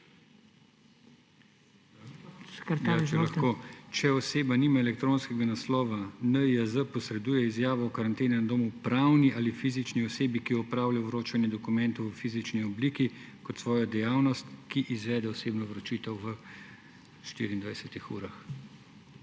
Če oseba nima elektronskega naslova, NIJZ posreduje izjavo o karanteni na domu pravni ali fizični osebi, ki opravlja vročanje dokumentov v fizični obliki kot svojo dejavnost, ki izvede osebno vročitev v 24 urah.